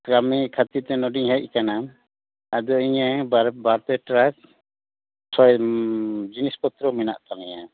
ᱠᱟᱹᱢᱤ ᱠᱷᱟᱹᱛᱤᱨ ᱛᱮ ᱱᱚᱰᱮᱧ ᱦᱮᱡ ᱟᱠᱟᱱᱟ ᱟᱫᱚ ᱤᱧᱟᱹᱜ ᱵᱟᱨ ᱯᱮ ᱴᱮᱨᱟᱠ ᱡᱤᱱᱤᱥ ᱯᱚᱛᱨᱚ ᱢᱮᱱᱟᱜ ᱛᱟᱹᱞᱤᱧᱟ